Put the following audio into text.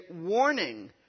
warning